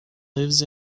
lives